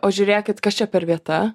o žiūrėkit kas čia per vieta